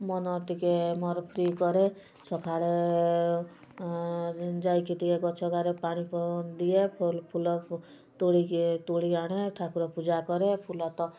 ମନ ଟିକେ ମୋର ଫ୍ରି କରେ ସକାଳେ ଯାଇକି ଟିକେ ଗଛ ପାଣି ଦିଏ ଫୁଲ ତୋଳିକି ତୋଳି ଆଣେ ଠାକୁର ପୂଜା କରେ ଫୁଲ ତ